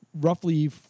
roughly